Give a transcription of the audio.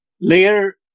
layer